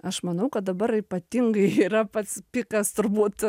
aš manau kad dabar ypatingai yra pats pikas turbūt